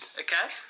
okay